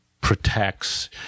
protects